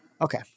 Okay